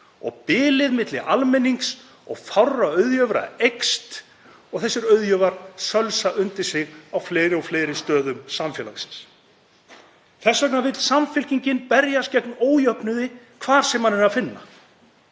og bilið milli almennings og fárra auðjöfra eykst og þessir auðjöfrar sölsa undir sig fleiri og fleiri staði samfélagsins. Þess vegna vill Samfylkingin berjast gegn ójöfnuði hvar sem hann er að finna.